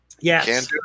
yes